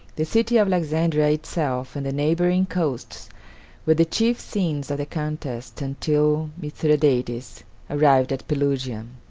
the city of alexandria itself and the neighboring coasts were the chief scenes of the contest until mithradates arrived at pelusium.